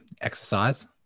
exercise